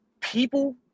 People